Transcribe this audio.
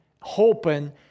hoping